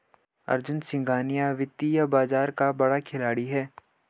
अर्जुन सिंघानिया वित्तीय बाजार का बड़ा खिलाड़ी है